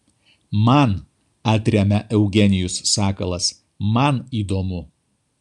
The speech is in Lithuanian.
man atremia eugenijus sakalas man įdomu